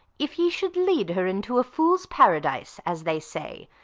if ye should lead her into a fool's paradise, as they say,